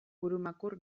burumakur